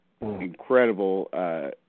incredible